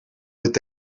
dit